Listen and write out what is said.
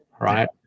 right